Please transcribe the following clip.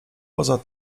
poza